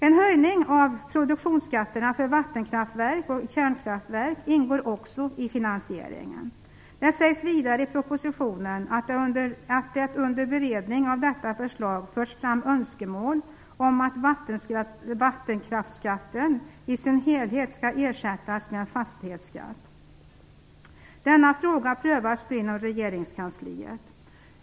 En höjning av produktionsskatterna för vattenkraftverk och kärnkraftverk ingår också i finansieringen. Det sägs vidare i propositionen att det under beredning av detta förslag förts fram önskemål om att vattenkraftsskatten i sin helhet skall ersättas med en fastighetsskatt. Denna fråga prövas nu inom regeringskansliet.